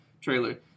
trailer